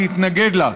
להתנגד לה.